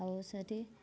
ଆଉ ସେଇଠି